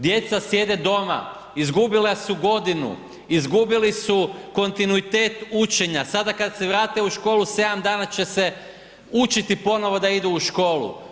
Djeca sjede doma, izgubila su godinu, izgubili su kontinuitet učenja, sada kada se vrate u školu, 7 dana će se učiti ponovno da idu u školu.